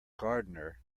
gardener